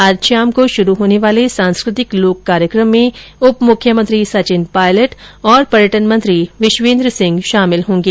आज शाम को शुरू होने वाले सांस्कृतिक लोक कार्यक्रम में उपमुख्यमंत्री सचिन पायलट और पर्यटन मंत्री विश्वेद्र सिंह शामिल होंगे